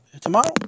tomorrow